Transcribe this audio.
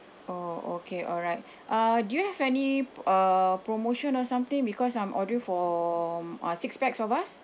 oh okay alright uh do you have any uh promotion or something because I'm ordering for um six pax of us